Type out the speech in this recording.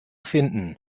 finden